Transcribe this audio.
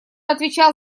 отвечал